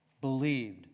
believed